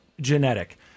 genetic